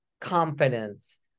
confidence